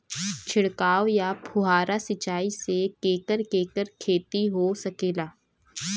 छिड़काव या फुहारा सिंचाई से केकर केकर खेती हो सकेला?